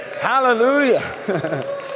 Hallelujah